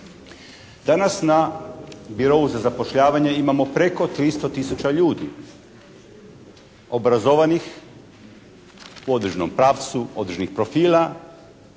Danas na biro za zapošljavanje imamo preko 300 tisuća ljudi, obrazovanih po određenom pravcu, određenih profila.